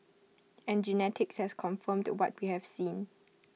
and genetics has confirmed what we have seen